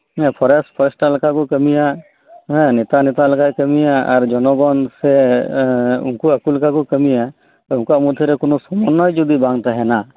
forest forester ᱞᱮᱠᱟᱠᱩ ᱠᱟᱹᱢᱤᱭᱟ ᱦᱮᱸ ᱱᱮᱛᱟ ᱱᱮᱛᱟ ᱞᱮᱠᱟᱭ ᱠᱟᱹᱢᱤᱭᱟ ᱟᱨ ᱡᱚᱱᱚᱜᱚᱱ ᱥᱮ ᱩᱱᱠᱩ ᱟᱠᱩᱞᱮᱠᱟᱠᱩ ᱠᱟᱹᱢᱤᱭᱟ ᱩᱱᱠᱩᱣᱟᱜ ᱢᱚᱫᱷᱮᱨᱮ ᱠᱚᱱᱚ ᱥᱚᱢᱚᱱᱱᱚᱭ ᱡᱚᱫᱤ ᱵᱟᱝ ᱛᱟᱦᱮᱱᱟ